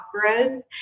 growth